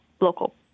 local